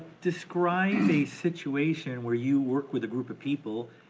describe a situation where you work with a group of people,